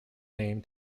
name